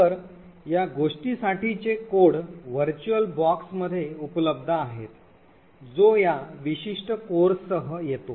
तर या गोष्टीसाठीचे कोड व्हर्च्युअल बॉक्स मध्ये उपलब्ध आहेत जो या विशिष्ट कोर्ससह येतो